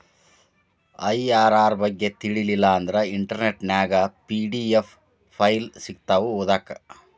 IRR ಬಗ್ಗೆ ತಿಳಿಲಿಲ್ಲಾ ಅಂದ್ರ ಇಂಟರ್ನೆಟ್ ನ್ಯಾಗ ಪಿ.ಡಿ.ಎಫ್ ಫೈಲ್ ಸಿಕ್ತಾವು ಓದಾಕ್